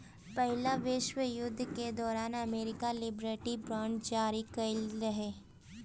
पहिला विश्व युद्ध के दौरान अमेरिका लिबर्टी बांड जारी कईले रहे